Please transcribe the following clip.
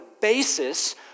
basis